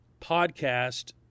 podcast